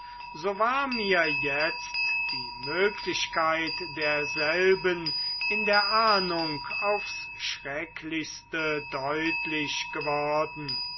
so war mir jetzt die möglichkeit derselben in der ahnung aufs schrecklichste deutlich geworden